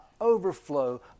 overflow